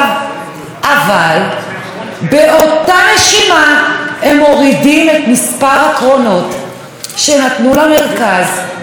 אבל באותה נשימה הם מורידים את מספר הקרונות שנתנו למרכז מהצפון.